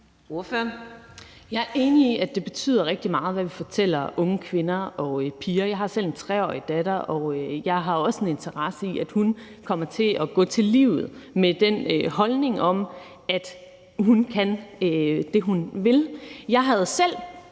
Jeg er enig i, at det betyder rigtig meget, hvad vi fortæller unge kvinder og piger. Jeg har selv en 3-årig datter, og jeg har også en interesse i, at hun kommer til at gå til livet med en holdning om, at hun kan det, hun vil. Jeg blev selv